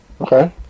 Okay